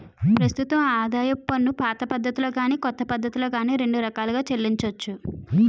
ప్రస్తుతం ఆదాయపు పన్నుపాత పద్ధతిలో గాని కొత్త పద్ధతిలో గాని రెండు రకాలుగా చెల్లించొచ్చు